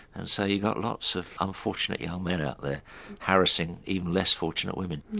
and so you've got lots of unfortunate young men out there harassing even less fortunate women.